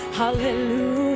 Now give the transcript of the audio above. hallelujah